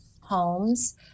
homes